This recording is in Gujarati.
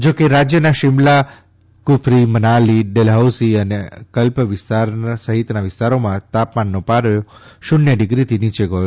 જો કે રાજ્યના શિમલા કફરી મનાલી ડલહોસી અને કલ્પ સહિતના વિસ્તારોમાં તાપમાનનો પારો શ્રન્ય ડિગ્રીથી નીચો ગયો